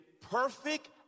perfect